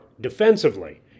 defensively